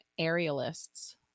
aerialists